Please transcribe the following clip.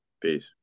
Peace